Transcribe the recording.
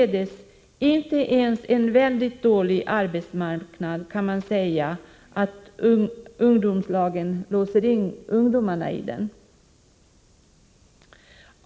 Inte ens på en väldigt dålig arbetsmarknad kan man således säga att ungdomslagen låser in ungdomarna i dessa arbeten.